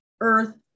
earth